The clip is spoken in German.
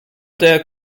der